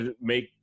make